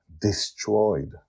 destroyed